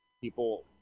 people